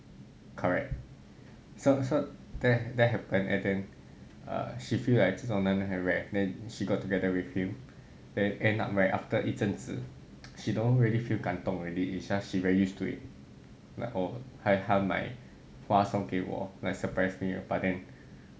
correct so so that happen and then she feel like 这种男人很 rare and she got together with him then end up right after 一阵子 she don't really feel 感动 already it's just she's very used to it like oh 他他买花送给我 like surprise me but then